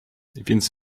więc